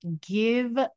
give